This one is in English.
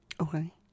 Okay